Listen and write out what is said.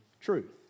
truth